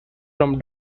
from